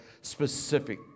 specific